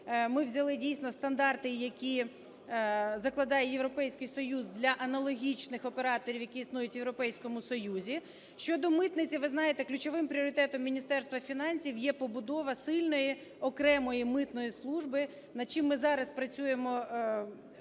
ми взяли, дійсно, стандарти, які закладає Європейський Союз для аналогічних операторів, які існують в Європейському Союзі. Щодо митниці. Ви знаєте, ключовим пріоритетом Міністерства фінансів є побудова сильної окремої митної служби, над чим ми зараз працюємо